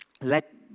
let